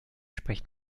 spricht